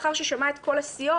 לאחר ששמע את כל הסיעות,